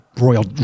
royal